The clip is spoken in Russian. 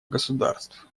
государств